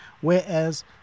Whereas